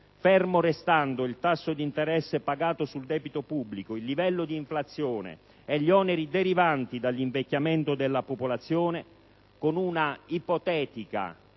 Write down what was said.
fermo restando il tasso di interesse pagato sul debito pubblico, il livello di inflazione e gli oneri derivanti dall'invecchiamento della popolazione, con una ipotetica